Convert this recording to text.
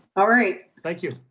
all right. thank you.